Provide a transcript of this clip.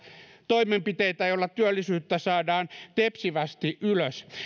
toimenpiteitä joilla työllisyyttä saadaan tepsivästi ylös